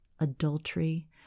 adultery